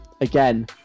Again